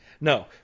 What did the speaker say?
No